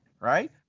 right